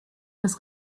des